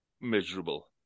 miserable